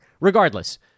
Regardless